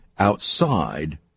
outside